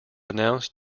announced